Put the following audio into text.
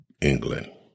England